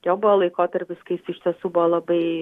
jo buvo laikotarpis kai jis iš tiesų buvo labai